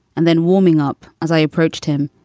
and then warming up as i approached him.